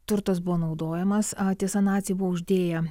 turtas buvo naudojamas tiesa naciai buvo uždėję